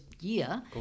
year